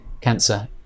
cancer